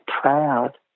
Proud